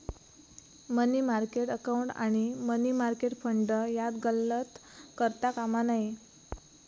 मनी market account आणि money market fund यात गल्लत करता कामा नये